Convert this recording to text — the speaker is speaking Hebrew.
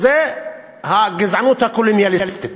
זאת הגזענות הקולוניאליסטית